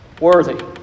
worthy